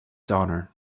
honour